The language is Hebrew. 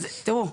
אז תראו,